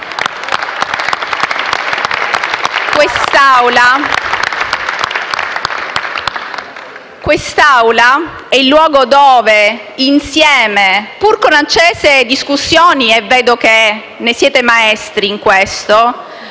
Quest'Aula è il luogo dove, insieme, pur con accese discussioni - e vedo che ne siete maestri -